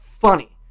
funny